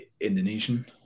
Indonesian